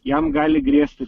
jam gali grėsti